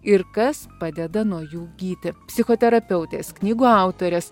ir kas padeda nuo jų gyti psichoterapeutės knygų autorės